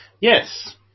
Yes